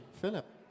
Philip